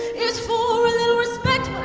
is for a little respect